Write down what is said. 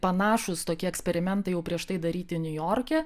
panašūs tokie eksperimentai jau prieš tai daryti niujorke